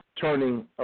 turning